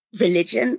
religion